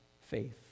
faith